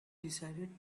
decided